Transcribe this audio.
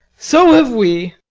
so have we.